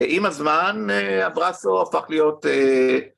ועם הזמן אברסו הפך להיות...